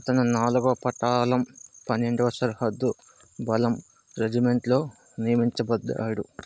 అతను నాలుగొవ పటాలం పెన్నెండవ సరిహద్దు బలం రెజిమెంట్లో నియమించబడ్డాడు